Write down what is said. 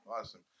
Awesome